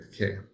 okay